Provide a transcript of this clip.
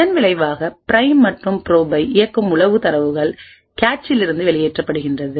இதன் விளைவாக பிரைம் மற்றும் ப்ரோப்பை இயக்கும் உளவு தரவுகள் கேச்சிலிருந்து வெளியேற்றப்படுகின்றது